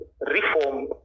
reform